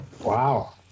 Wow